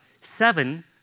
seven